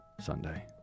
Sunday